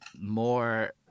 more